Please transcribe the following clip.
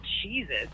Jesus